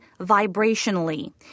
vibrationally